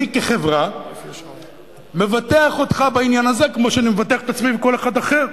אני כחברה מבטח אותך בעניין הזה כמו שאני מבטח את עצמי וכל אחד אחר.